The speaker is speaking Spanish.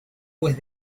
pues